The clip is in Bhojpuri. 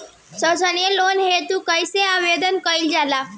सैक्षणिक लोन हेतु कइसे आवेदन कइल जाला?